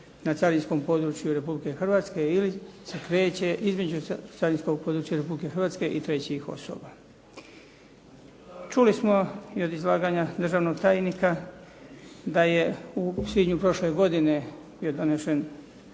na carinskom području Republike Hrvatske ili se kreće između carinskog područja Republike Hrvatske i trećih osoba. Čuli smo i od izlaganja državnog tajnika da je u svibnju prošle godine je donesen